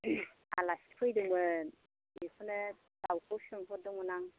आलासि फैदोंमोन बेखौनो दाउखौ सोंहरदोंमोन आं